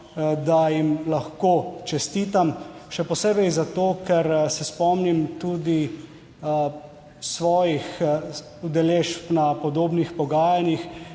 da jim lahko čestitam. Še posebej zato, ker se spomnim tudi svojih udeležb na podobnih pogajanjih;